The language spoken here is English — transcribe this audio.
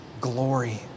glory